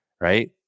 right